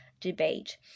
debate